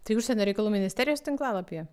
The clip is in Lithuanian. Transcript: tai užsienio reikalų ministerijos tinklalapyje